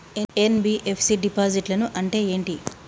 NBFC డిపాజిట్లను అంటే ఏంటి?